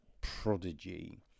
prodigy